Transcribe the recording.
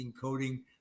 encoding